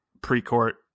pre-court